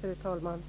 Fru talman!